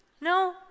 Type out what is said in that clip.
no